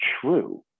true